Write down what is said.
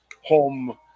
home